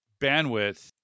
bandwidth